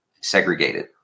segregated